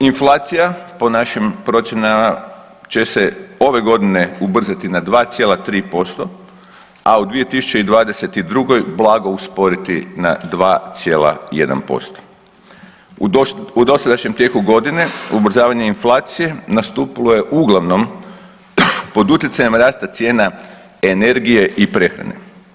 Inflacija po našim procjenama će se ove godine ubrzati na 2,3%, a u 2022. blago usporiti na 2,1%. u dosadašnjem tijeku godine ubrzavanje inflacije nastupilo je uglavnom pod utjecajem rasta cijena energije i prehrane.